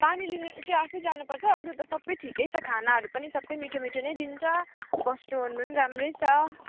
पानी लिनु चाहिँ आफै जानुपर्छ अरू त सबै ठिकै छ खानाहरू पनि सबै मिठो मिठो नै दिन्छ बस्नुओर्नु नि राम्रै छ